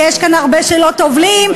ויש כאן הרבה שלא טובלים,